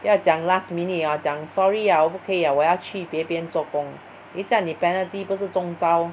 不要讲 last minute ah 讲 sorry ah 我不可以 ah 我要去别边做工等下你 penalty 不是中招